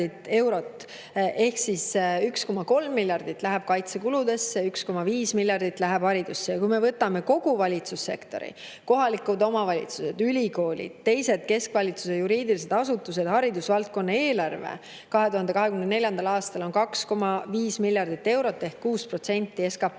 eurot. 1,3 miljardit läheb kaitsekuludesse, 1,5 miljardit läheb haridusse. Kui me võtame kogu valitsussektori – kohalikud omavalitsused, ülikoolid, teised keskvalitsuse juriidilised asutused, haridusvaldkonna eelarve –, siis see on 2024. aastal 2,5 miljardit eurot ehk 6% SKP‑st.